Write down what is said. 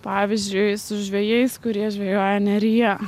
pavyzdžiui su žvejais kurie žvejoja neryje